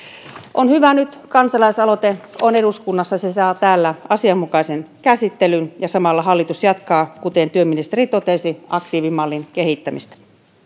on hyvä että kansalaisaloite on nyt eduskunnassa se saa täällä asianmukaisen käsittelyn ja samalla hallitus jatkaa kuten työministeri totesi aktiivimallin kehittämistä